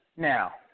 Now